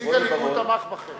נציג הליכוד בוועדת הכספים תמך בכם